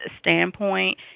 standpoint